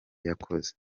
yakoze